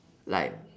like